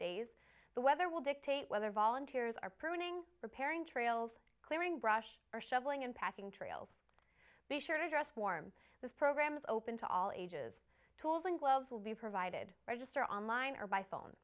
days the weather will dictate whether volunteers are pruning repairing trails clearing brush or shoveling unpacking trails be sure to dress warm this program is open to all ages tools and gloves will be provided register online or by phone